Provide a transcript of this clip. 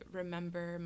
remember